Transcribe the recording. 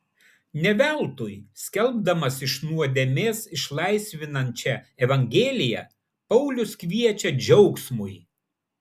ne veltui skelbdamas iš nuodėmės išlaisvinančią evangeliją paulius kviečia džiaugsmui